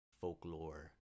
folklore